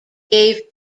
gave